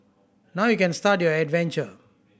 now you can start your adventure